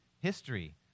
History